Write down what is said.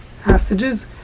hostages